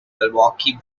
milwaukee